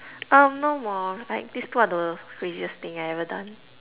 um no more like these two are the craziest thing I've ever done